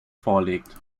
vorlegt